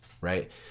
right